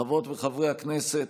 חברות וחברי הכנסת,